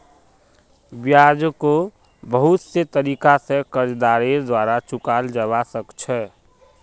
ब्याजको बहुत से तरीका स कर्जदारेर द्वारा चुकाल जबा सक छ